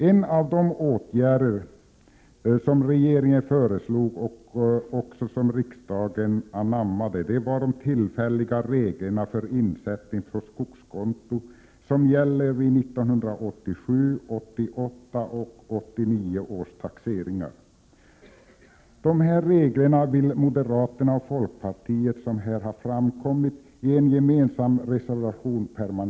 En av de åtgärder som regeringen föreslog och som riksdagen också anammade var de tillfälliga regler för insättning på skogskonto som gäller vid 1987, 1988 och 1989 års taxeringar. Dessa regler vill moderaterna och folkpartiet, som här har framgått, permanenta, och de har avgivit en gemensam reservation om det.